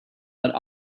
but